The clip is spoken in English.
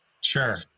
Sure